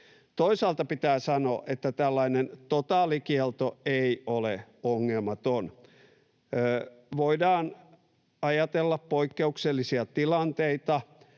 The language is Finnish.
Toisaalta pitää sanoa, että tällainen totaalikielto ei ole ongelmaton. Voidaan ajatella poikkeuksellisia tilanteita,